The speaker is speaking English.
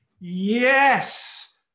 Yes